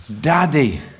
daddy